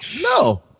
No